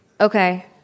Okay